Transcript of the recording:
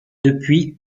depuis